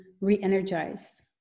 re-energize